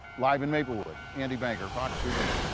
live in maplewood andy banker, fox two news.